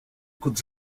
côte